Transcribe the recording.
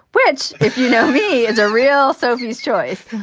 which if you know he is a real sophie's choice,